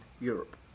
Europe